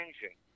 changing